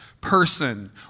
person